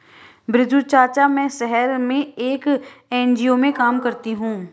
बिरजू चाचा, मैं शहर में एक एन.जी.ओ में काम करती हूं